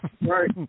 Right